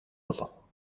болов